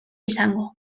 izango